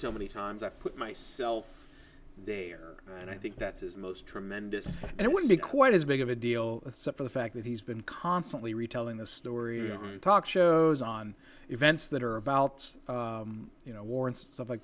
so many times i put myself there and i think that's his most tremendous and it would be quite as big of a deal for the fact that he's been constantly retelling the story on talk shows on events that are about you know war and stuff like